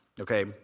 Okay